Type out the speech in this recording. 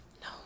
No